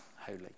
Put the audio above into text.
holy